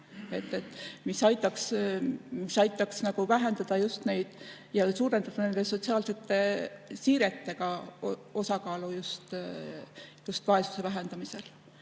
mis aitaks vähendada just neid erinevusi ja suurendada nende sotsiaalsete siirete osakaalu just vaesuse vähendamisel.